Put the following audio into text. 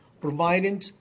providing